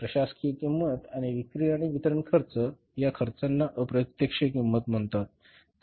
प्रशासकीय किंमत आणि विक्री आणि वितरण खर्च या खर्चांना अप्रत्यक्ष किंमत म्हणतात